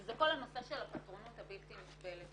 וזה כל הנושא של הפטרונות הבלתי נסבלת.